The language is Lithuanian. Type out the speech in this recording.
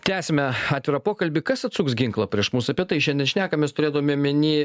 tęsiame atvirą pokalbį kas atsuks ginklą prieš mus apie tai šiandien šnekamės turėdami omeny